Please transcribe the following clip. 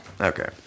Okay